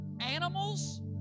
Animals